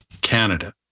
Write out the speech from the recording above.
Canada